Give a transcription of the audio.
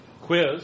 quiz